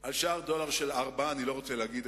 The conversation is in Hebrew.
על שער דולר של 4. אני לא רוצה להגיד,